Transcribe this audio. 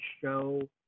show